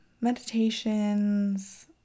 meditations